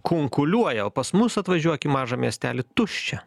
kunkuliuoja o pas mus atvažiuok į mažą miestelį tuščia